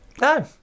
No